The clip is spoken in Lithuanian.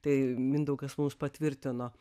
tai mindaugas mums patvirtino